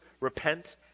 repent